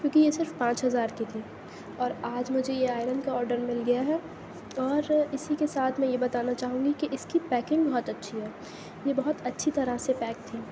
کیونکہ یہ صرف پانچ ہزار کی تھی اور آج مجھے یہ آئرن کا آرڈر مل گیا ہے اور اسی کے ساتھ میں یہ بتانا چاہوں گی کہ اس کی پیکنگ بہت اچھی ہے یہ بہت اچھی طرح سے پیک تھی